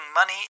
money